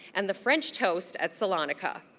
and the french toast at salonica.